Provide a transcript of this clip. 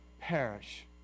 Perish